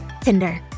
Tinder